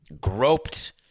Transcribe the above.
groped